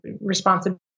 responsibility